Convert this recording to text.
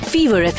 Fever